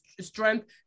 Strength